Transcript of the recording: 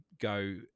go